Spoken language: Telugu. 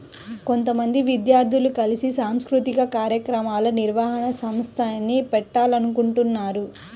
కొంతమంది విద్యార్థులు కలిసి సాంస్కృతిక కార్యక్రమాల నిర్వహణ సంస్థని పెట్టాలనుకుంటన్నారు